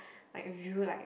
like view like